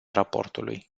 raportului